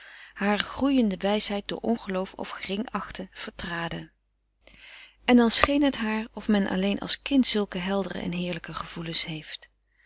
haar groeiende wijsheid door ongeloof of gering achting vertraden en dan scheen het haar of men alleen als kind zulke heldere en heerlijke gevoelens heeft